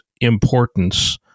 importance